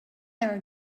are